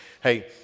hey